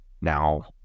Now